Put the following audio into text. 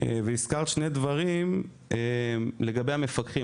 הזכרת שני דברים לגבי המפקחים.